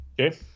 Okay